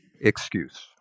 excuse